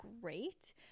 great